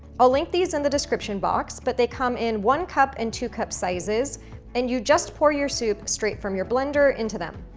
i'll link these in the description box but they come in one coup and two cup sizes and you just pour your soup straight from your blender into them.